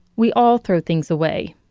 we all throw things away.